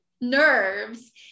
nerves